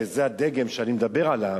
וזה הדגם שאני מדבר עליו,